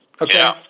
Okay